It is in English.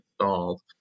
installed